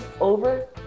over